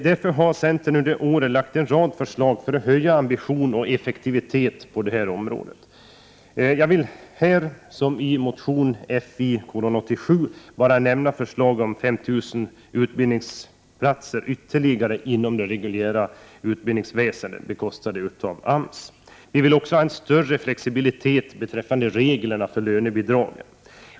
Därför har centern under året fått fram en rad förslag för att höja ambition och effektivitet på detta område. Jag vill här, som i motion Fi87, bara nämna förslaget om ytterligare 5 000 utbildningsplatser inom det reguljära utbildningsväsendet, bekostade av AMS. Vi vill också ha större flexibilitet beträffande reglerna för lönebidragen.